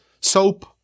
soap